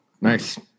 Nice